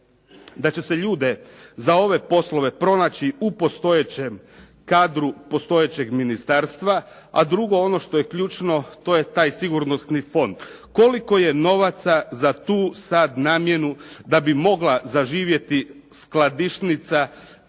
da će se ljude za ove poslove pronaći u postojećem kadru postojećeg ministarstva, a dugo ono što je ključno to je taj sigurnosni fond. Koliko je novaca za tu sada namjenu da bi mogla zaživjeti skladišnica